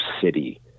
City